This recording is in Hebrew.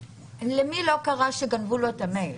למי לא קרה שגנבו לו את המייל?